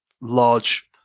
large